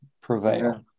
prevail